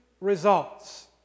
results